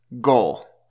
goal